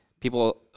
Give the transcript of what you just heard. People